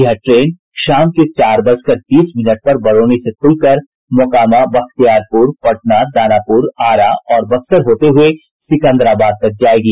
यह ट्रेन शाम के चार बजकर तीस मिनट पर बरौनी से खुलकर मोकामा बख्तियारपुर पटना दानापुर आरा और बक्सर होते हुए सिकंदराबाद तक जायेगी